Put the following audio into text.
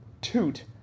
toot